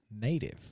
native